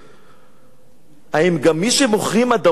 האם גם מי שמוכרים אדמות ליהודים,